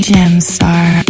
Gemstar